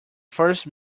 first